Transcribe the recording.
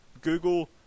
Google